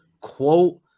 quote